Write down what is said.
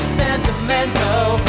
sentimental